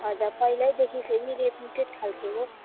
हजुर पहिल्यैदेखि फेरि रेप्युटेड खाल्के हो